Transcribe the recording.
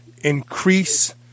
increase